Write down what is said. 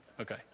Okay